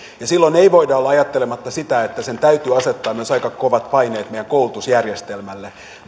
silloin ei voida olla ajattelematta sitä että sen täytyy asettaa myös aika kovat paineet meidän koulutusjärjestelmälle